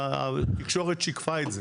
והתקשורת שיקפה את זה.